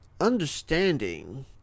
Understanding